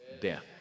death